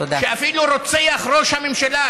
שאפילו רוצח ראש הממשלה,